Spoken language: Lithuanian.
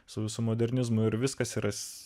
su visu modernizmu ir viskas